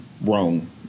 wrong